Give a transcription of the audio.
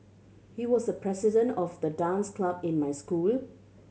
he was the president of the dance club in my school